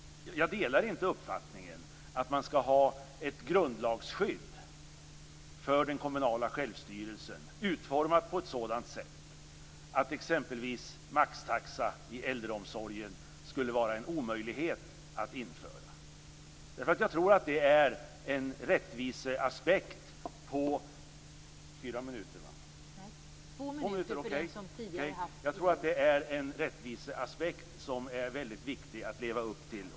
Jag delar inte uppfattningen att man skall ha ett grundlagsskydd för den kommunala självstyrelsen utformat på ett sådant sätt att det t.ex. skulle vara en omöjlighet att införa maxtaxa i äldreomsorgen. Jag tror att det är en rättviseaspekt som är väldigt viktig att leva upp till.